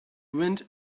wind